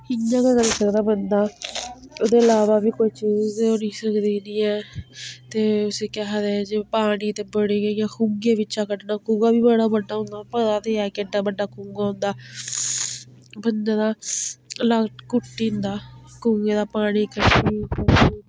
इ'यां गै करी सकदा बंदा ओह्दे अलावा बी कोई चीज़ ते होई सकदी नी ऐ ते उसी केह् आखदे जे ओह् पानी दी ते बड़ी गै इयां खुहें बिच्चां कड्ढना कुआं बी बड़ा बड्डा होंदा पता ते ऐ केड्डा बड्डा कुआं होंदा बन्दे दा लक्क हुट्टी जंदा कुऐं दा पानी कड्डी कड्डियै